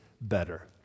better